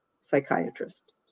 psychiatrist